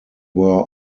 were